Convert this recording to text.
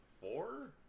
four